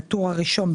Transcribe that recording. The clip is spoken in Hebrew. בטור הראשון,